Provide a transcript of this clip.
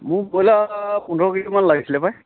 মোক ব্ৰইলাৰ পোন্ধৰ কেজিমান লাগিছিলে পাই